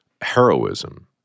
heroism